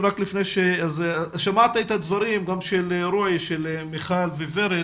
שמעת את הדברים גם של רועי של מיכל ושל ורד,